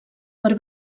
per